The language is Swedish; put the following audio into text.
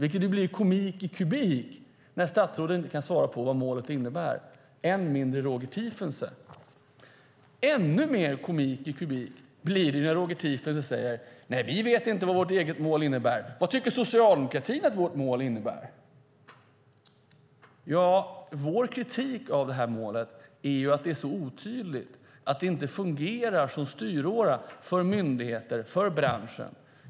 Det blir ju komik i kubik när inte statsrådet, och än mindre Roger Tiefensee, kan svara på vad målet innebär. Än mer komik i kubik blir det när Roger Tiefensee säger: Nej, vi vet inte vad vårt eget mål innebär. Vad tycker socialdemokratin att vårt mål innebär? Vår kritik av det här målet är ju att det är så otydligt att det inte fungerar som styråra för myndigheter och för branschen.